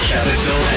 Capital